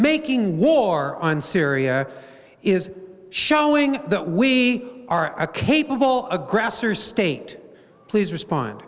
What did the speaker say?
making war on syria is showing that we are a capable aggressor state please respond